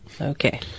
Okay